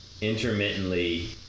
intermittently